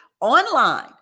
online